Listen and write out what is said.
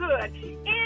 good